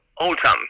Autumn